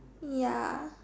ya